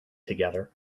together